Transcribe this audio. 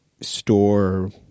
store